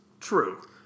True